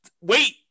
wait